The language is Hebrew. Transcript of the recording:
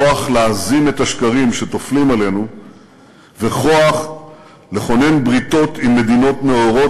כוח להזים את השקרים שטופלים עלינו וכוח לכונן בריתות עם מדינות נאורות,